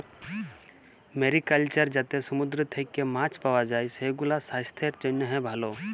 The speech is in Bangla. মেরিকালচার যাতে সমুদ্র থেক্যে মাছ পাওয়া যায়, সেগুলাসাস্থের জন্হে ভালো